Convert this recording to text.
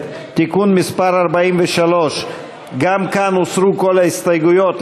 (תיקון מס' 43). גם כאן הוסרו כל ההסתייגויות.